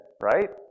right